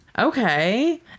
Okay